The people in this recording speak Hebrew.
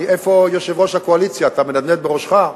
איפה יושב-ראש הקואליציה, אתה מנדנד בראשך?